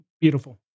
Beautiful